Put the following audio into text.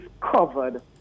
covered